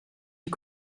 you